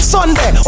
Sunday